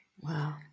wow